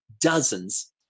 dozens